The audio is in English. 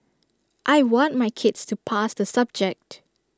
I want my kids to pass the subject